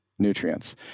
nutrients